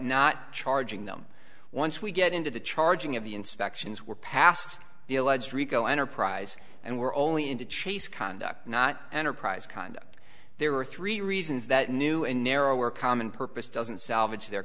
not charging them once we get into the charging of the inspections were past the alleged rico enterprise and were only into chase conduct not enterprise conduct there were three reasons that new and narrower common purpose doesn't salvage their